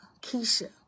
Keisha